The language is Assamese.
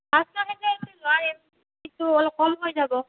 পাঁচশ নোৱাৰিম সেইটো অলপ কম হৈ যাব